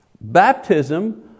Baptism